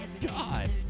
God